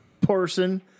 person